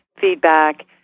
feedback